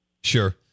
Sure